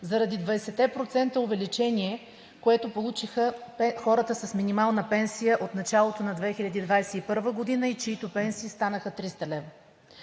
процента увеличение, което получиха хората с минимална пенсия от началото на 2021 г. и чиито пенсии станаха 300 лв.